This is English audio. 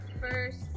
First